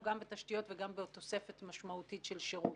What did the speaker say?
גם בתשתיות וגם בעוד תוספת משמעותית של שירות.